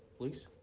please?